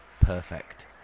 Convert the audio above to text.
perfect